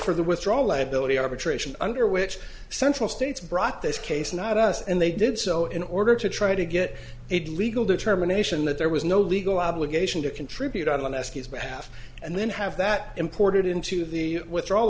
for the withdraw liability arbitration under which central states brought this case not us and they did so in order to try to get it legal determination that there was no legal obligation to contribute on eskies behalf and then have that imported into the withdraw